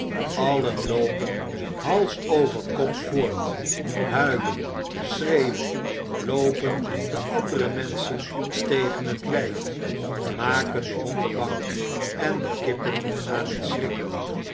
allen ioopen hals over kop voort huilen schreeuwen ioopen de andere menschen tegen het lijf maken de honden bang en de kippen aan t schrikken